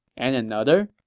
and another,